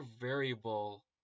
variable